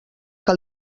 que